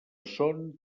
son